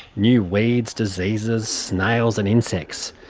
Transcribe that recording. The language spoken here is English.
new weeds, diseases, snails and insects,